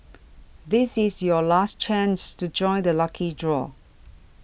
this is your last chance to join the lucky draw